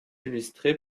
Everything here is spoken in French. illustrée